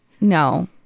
no